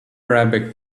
arabic